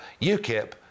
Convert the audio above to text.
UKIP